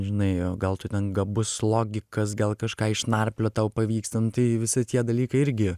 žinai o gal tu ten gabus logikas gal kažką išnarpliot tau pavyks ten tai visi tie dalykai irgi